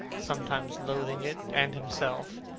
sometimes loathing it and himself,